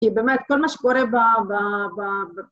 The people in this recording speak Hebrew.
כי באמת כל מה שקורה ב... ב... ב...